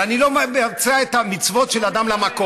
אבל אני לא מבצע את המצוות שבין אדם למקום.